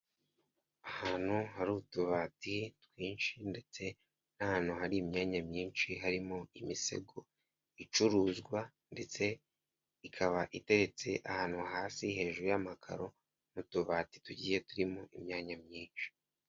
Ahantu hari utubati twinshi ndetse n'ahantu hari imyanya myinshi harimo imisego icuruzwa ndetse ikaba iteretse ahantu hasi hejuru y'amakaro n'utubati tugiye turimo imyanya myinshi.